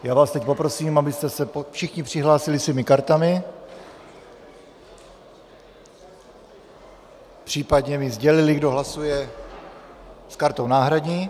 Já vás teď poprosím, abyste se všichni přihlásili svými kartami, případně mi sdělili, kdo hlasuje s kartou náhradní.